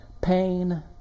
pain